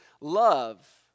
love